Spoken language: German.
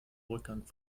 rückgang